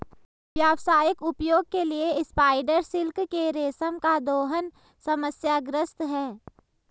व्यावसायिक उपयोग के लिए स्पाइडर सिल्क के रेशम का दोहन समस्याग्रस्त है